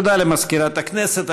תודה למזכירת הכנסת.